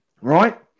right